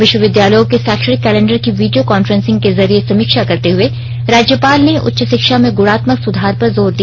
विश्वविद्यालयों के शैक्षणिक कैलेंडर की वीडियो कॉन्फ्रेंसिंग के जरिये समीक्षा करते हुये राज्यपाल ने उच्च शिक्षा में ग्रणात्मक सुधार पर जोर दिया